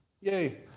Yay